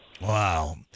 wow